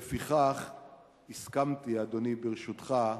לפיכך הסכמתי, אדוני, ברשותך,